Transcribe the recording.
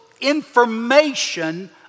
information